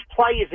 players